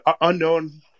unknown